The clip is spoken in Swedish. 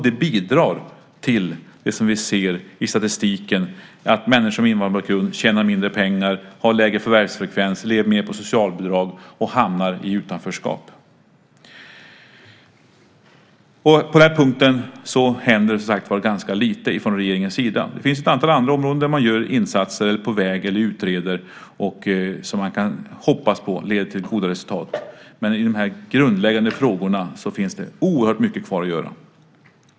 Det bidrar till det som vi ser i statistiken, att människor med invandrarbakgrund tjänar mindre pengar, har lägre förvärvsfrekvens, lever mer på socialbidrag och hamnar i utanförskap. På den punkten händer det, som sagt var, ganska lite från regeringens sida. Det finns ett antal andra områden där man gör insatser, är på väg eller utreder och som man kan hoppas leder till goda resultat. Men i de grundläggande frågorna finns det oerhört mycket kvar att göra.